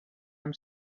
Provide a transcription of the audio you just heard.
amb